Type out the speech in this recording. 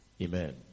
Amen